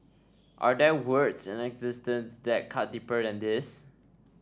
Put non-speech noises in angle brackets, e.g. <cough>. are there words in existence that cut deeper than these <noise>